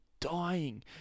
dying